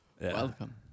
Welcome